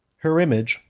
her image,